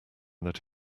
that